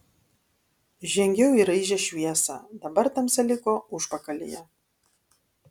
žengiau į raižią šviesą dabar tamsa liko užpakalyje